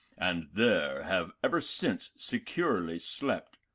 and there have ever since securely slept.